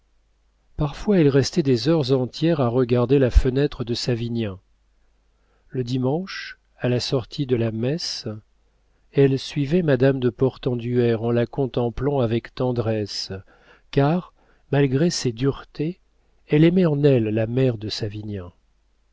parfois elle restait des heures entières à regarder la fenêtre de savinien le dimanche à la sortie de la messe elle suivait madame de portenduère en la contemplant avec tendresse car malgré ses duretés elle aimait en elle la mère de savinien